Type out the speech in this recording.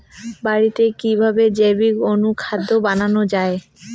বাড়িতে কিভাবে জৈবিক অনুখাদ্য বানানো যায়?